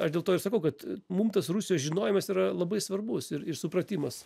aš dėl to ir sakau kad mum tas rusijos žinojimas yra labai svarbus ir ir supratimas